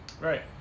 Right